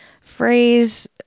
phrase